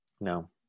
No